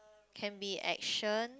can be action